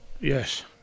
Yes